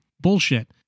Bullshit